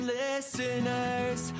listeners